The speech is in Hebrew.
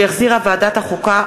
שהחזירה ועדת החוקה,